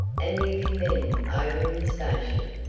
and you kin mend over in the station.